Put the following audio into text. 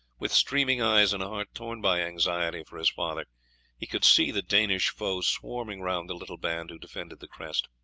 with streaming eyes and a heart torn by anxiety for his father he could see the danish foe swarming round the little band who defended the crest.